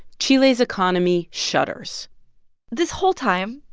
chile's economy shudders this whole time,